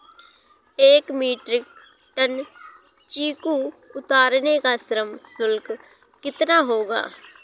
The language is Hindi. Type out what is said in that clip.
एक मीट्रिक टन चीकू उतारने का श्रम शुल्क कितना होगा?